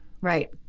Right